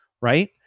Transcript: right